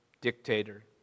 dictator